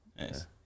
nice